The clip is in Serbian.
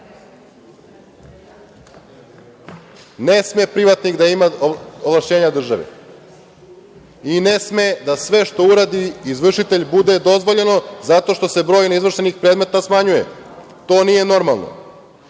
Ne sme privatnik da ima ovlašćenja države i ne sme da sve što uradi izvršitelj bude dozvoljeno zato što se broj neizvršenih predmeta smanjuje. To nije normalno. Reforma